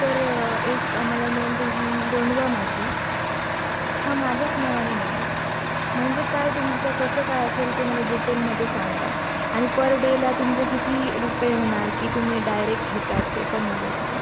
तर एक आम्हाला नोंदवून नोंदवा माझी हां माझ्याच नावाने नोंदवा म्हणजे काय तुमचं कसं काय असेल ते मला डिटेलमध्ये सांगा आणि फर डेला तुमचे किती रुपये होणार की तुम्ही डायरेक घेतात ते पण मला सांगा